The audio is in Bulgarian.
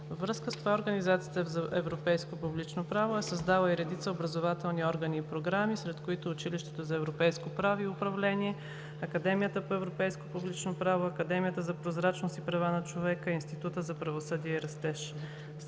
връзка с това Организацията за европейско публично право е създала и редица образователни органи и програми, сред които Училището за европейско право и управление, Академията по европейско публично право, Академията за прозрачност и права на човека и Института за правосъдие и растеж.